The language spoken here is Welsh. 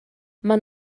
maen